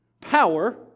power